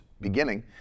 beginning